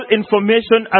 information